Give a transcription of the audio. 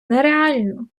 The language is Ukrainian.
нереально